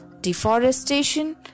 deforestation